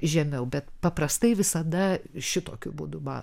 žemiau bet paprastai visada šitokiu būdu da